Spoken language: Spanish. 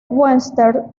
westerns